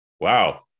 Wow